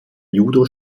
judo